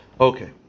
Okay